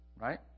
right